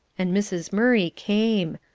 and mrs. murray came.